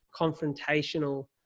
confrontational